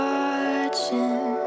Watching